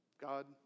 God